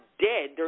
dead